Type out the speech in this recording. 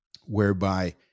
whereby